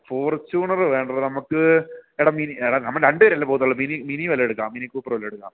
Fortuner വേണ്ടടാ നമുക്ക് എടാ മിനി എടാ നമ്മൾ രണ്ടു പേരല്ലേ പോകുന്നുള്ളു മിനി മിനി വല്ലതും എടുക്കാം മിനി കൂപ്പർ വല്ലതും എടുക്കാം